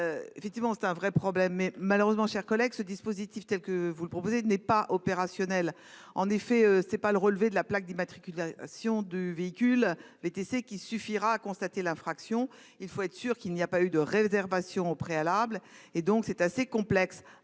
Effectivement, c'est un vrai problème mais malheureusement chers collègues ce dispositif tel que vous le proposez n'est pas opérationnel. En effet, ce n'est pas le relevé de la plaque d'immatriculation du véhicule VTC qui suffira à constater l'infraction. Il faut être sûr qu'il n'y a pas eu de réservation préalable et donc c'est assez complexe